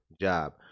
job